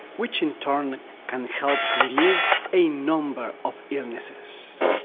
which in turn can help relieve a number of illnesses.